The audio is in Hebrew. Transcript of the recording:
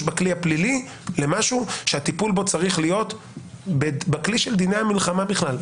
בכלי הפלילי למשהו שהטיפול בו צריך להיות בכלי של דיני המלחמה בכלל.